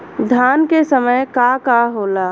धान के समय का का होला?